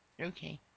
okay